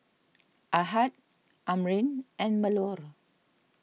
Ahad Amrin and Melur